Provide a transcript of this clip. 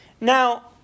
Now